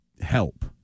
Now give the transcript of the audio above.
help